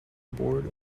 board